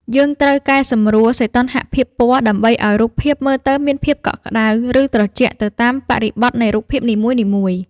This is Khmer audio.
យើងត្រូវកែសម្រួល សីតុណ្ហភាពពណ៌ ដើម្បីឱ្យរូបភាពមើលទៅមានភាពកក់ក្ដៅ ឬត្រជាក់ទៅតាមបរិបទនៃរូបភាពនីមួយៗ។